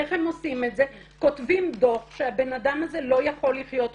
איך הם עושים את זה כותבים דוח שהבנאדם הזה לא יכול לחיות בקהילה.